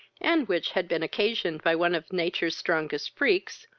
and which had been occasioned by one of nature's strongest freaks,